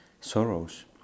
sorrows